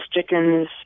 chickens